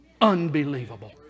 Unbelievable